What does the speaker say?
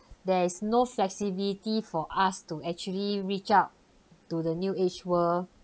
there is no flexibility for us to actually reach out to the new age world